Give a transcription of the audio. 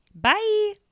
Bye